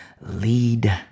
lead